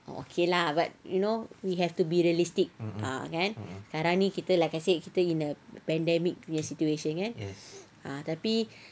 okay lah but you know we have to be realistic ah kan sekarang ni kita like I say still in a pandemic situation kan